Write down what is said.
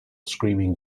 screaming